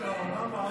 למה לא?